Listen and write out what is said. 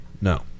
no